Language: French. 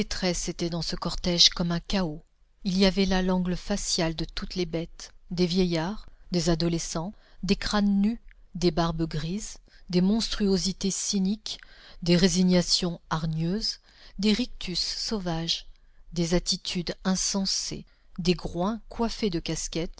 étaient dans ce cortège comme un chaos il y avait là l'angle facial de toutes les bêtes des vieillards des adolescents des crânes nus des barbes grises des monstruosités cyniques des résignations hargneuses des rictus sauvages des attitudes insensées des groins coiffés de casquettes